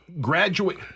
graduate